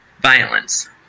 violence